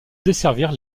desservir